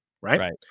Right